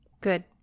Good